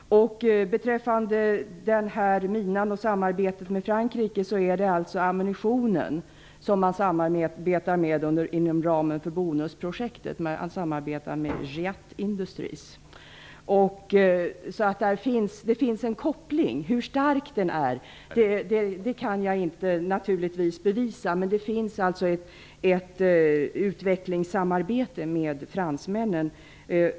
När det gäller minan och samarbetet med Franrike samarbetar man om ammunitionen inom ramen för bonusprojektet. Man samarbetar med Giat Industries of France. Det finns en koppling. Jag kan naturligtvis inte bevisa hur stark den är. Men det sker ett utvecklingssamarbete med fransmännen.